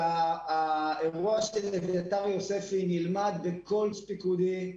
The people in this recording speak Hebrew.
האירוע של אביתר יוספי נלמד בכל קורס פיקודי,